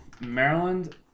Maryland